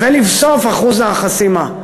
ולבסוף, אחוז החסימה.